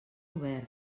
obert